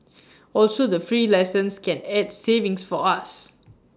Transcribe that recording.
also the free lessons can add savings for us